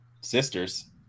Sisters